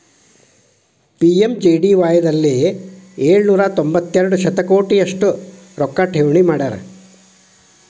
PMJDY ದಲ್ಲಿ ಏಳು ನೂರ ತೊಂಬತ್ತೆರಡು ಶತಕೋಟಿ ಅಷ್ಟು ರೊಕ್ಕ ಠೇವಣಿ ಮಾಡ್ಯಾರ